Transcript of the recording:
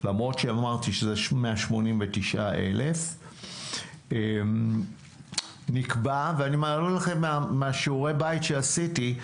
למרות שאמרתי שזה 189,000. אני מעלה לכם משיעורי הבית שעשיתי.